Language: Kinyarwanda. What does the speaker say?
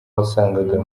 wasangaga